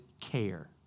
care